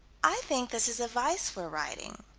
i think this is a vice we're writing.